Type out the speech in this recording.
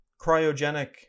cryogenic